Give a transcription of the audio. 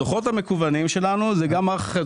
הדוחות המקוונים שלנו זה גם מערך אחר,